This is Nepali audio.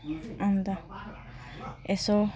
अन्त यसो